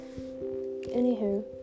Anywho